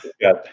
Got